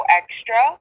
extra